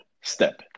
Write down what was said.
step